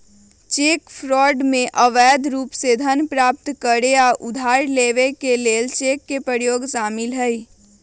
cheque fraud में अवैध रूप से धन प्राप्त करे आऽ उधार लेबऐ के लेल चेक के प्रयोग शामिल हइ